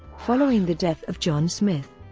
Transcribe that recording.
following the death of john smith.